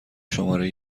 شماره